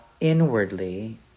inwardly